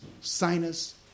sinus